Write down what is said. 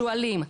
שועלים,